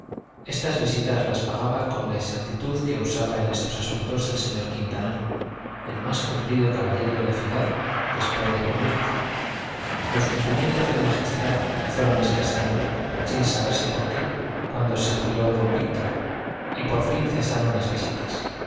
estas visitas las pagaba con la exactitud que usaba en estos asuntos el señor quintanar el más cumplido caballero de la ciudad después de bermúdez los cumplimientos del magistral fueron escaseando sin saberse por qué cuando se jubiló don víctor y por fin cesaron las visitas